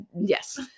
Yes